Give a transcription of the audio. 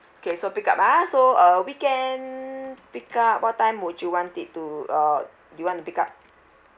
okay so pick up ah so uh weekend pick up what time would you want it to uh you want to pick up